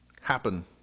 happen